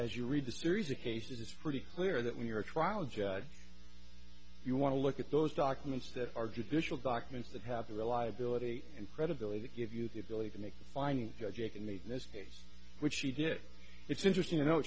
as you read the series of cases it's pretty clear that when you're a trial judge you want to look at those documents that are judicial documents that have to rely ability and credibility that give you the ability to make the finding judge a can make mistakes which she did it's interesting you know